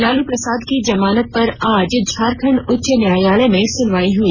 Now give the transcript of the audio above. लालू प्रसाद की जमानत पर आज झारखंड उच्च न्यायालय में सुनवाई हुई